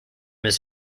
his